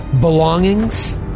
belongings